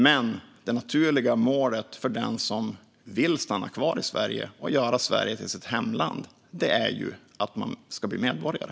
Men det naturliga målet för den som vill stanna kvar i Sverige och göra Sverige till sitt hemland är att bli medborgare.